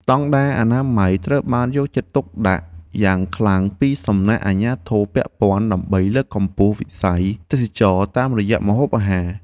ស្តង់ដារអនាម័យត្រូវបានយកចិត្តទុកដាក់យ៉ាងខ្លាំងពីសំណាក់អាជ្ញាធរពាក់ព័ន្ធ ដើម្បីលើកកម្ពស់វិស័យទេសចរណ៍តាមរយៈម្ហូបអាហារ។